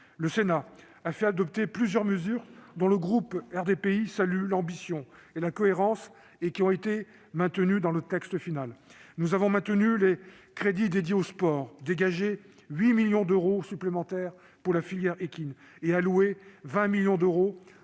Le Sénat a fait adopter plusieurs mesures dont le groupe RDPI salue l'ambition et la cohérence et qui ont été maintenues dans le texte final : nous avons maintenu les crédits dédiés au sport, dégagé 8 millions d'euros supplémentaires pour la filière équine et alloué 20 millions d'euros